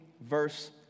verse